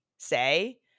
say